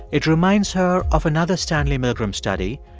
it reminds her of another stanley milgram study,